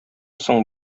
соң